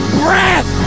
breath